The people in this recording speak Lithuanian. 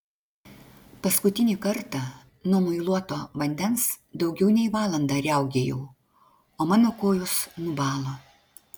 paskutinį kartą nuo muiluoto vandens daugiau nei valandą riaugėjau o mano kojos nubalo